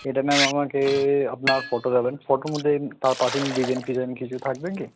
সেটা ম্যাম আমাকে আপনার ফটো দেবেন ফটোর মধ্যে তার পাশে এমনি ডিজাইন ফিজাইন কিছু থাকবে কি